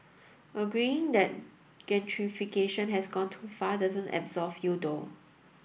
agreeing that gentrification has gone too far doesn't absolve you though